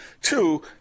Two